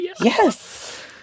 yes